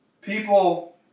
People